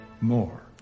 More